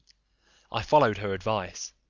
i followed her advice,